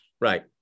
Right